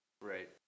Right